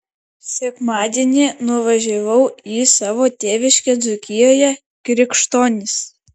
sekmadienį nuvažiavau į savo tėviškę dzūkijoje krikštonis